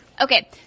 Okay